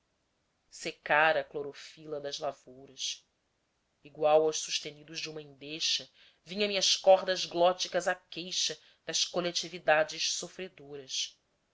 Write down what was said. a clorofila das lavouras igual aos sustenidos de uma endecha vinha me às cordas glóticas a queixa das coletividades sofredoras